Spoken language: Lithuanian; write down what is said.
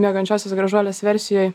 miegančiosios gražuolės versijoj